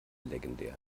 legendär